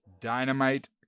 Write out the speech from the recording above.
dynamite